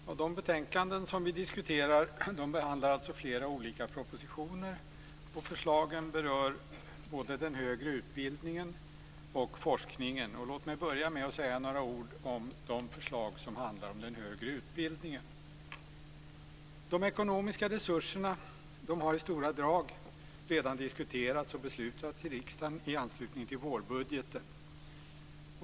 Herr talman! De betänkanden som vi diskuterar behandlar flera olika propositioner, och förslagen berör både den högre utbildningen och forskningen. Låt mig börja med att säga några ord om de förslag som handlar om den högre utbildningen. De ekonomiska resurserna har i stora drag redan diskuterats och beslutats i riksdagen i anslutning till vårbudgeten.